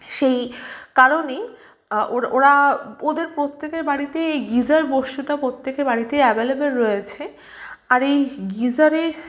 সেই কারণেই ওরা ওদের প্রত্যেকের বাড়িতেই গিজার বস্তুটা প্রত্যেকের বাড়িতেই অ্যাভেলেবেল রয়েছে আর এই গিজারে